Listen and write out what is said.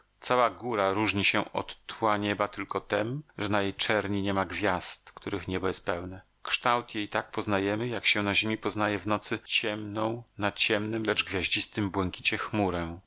cała góra różni się od tła nieba tylko tem że na jej czerni niema gwiazd których niebo jest pełne kształt jej tak poznajemy jak się na ziemi poznaje w nocy ciemną na ciemnym lecz gwiaździstym błękicie chmurę